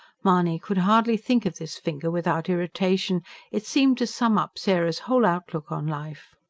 mahony could hardly think of this finger without irritation it seemed to sum up sarah's whole outlook on life.